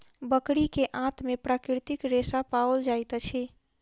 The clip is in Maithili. बकरी के आंत में प्राकृतिक रेशा पाओल जाइत अछि